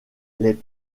les